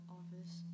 office